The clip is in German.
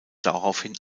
daraufhin